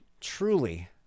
truly